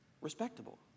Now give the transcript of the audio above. Respectable